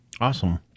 Awesome